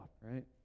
right